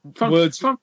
words